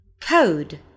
Code